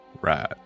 Right